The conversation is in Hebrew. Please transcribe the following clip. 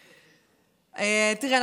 תראה,